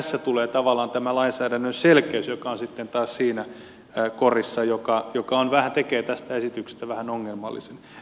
tässä tulee tavallaan tämä lainsäädännön selkeys joka on sitten taas siinä korissa joka tekee tästä esityksestä vähän ongelmallisen